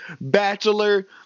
bachelor